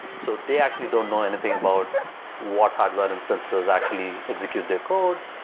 so they actually don't know anything about what hardware instances actually executed their code.